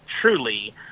truly